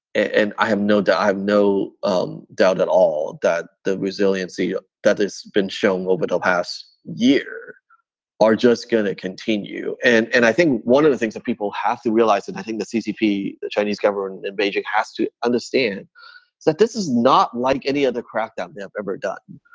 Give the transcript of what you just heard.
and i have no doubt i have no um doubt at all that the resiliency ah that has been shown over the past year are just going to continue. and and i think one of the things that people have to realize, and i think the ccp, the chinese government in beijing has to understand that this is not like any other crackdown they have ever done.